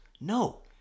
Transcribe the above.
No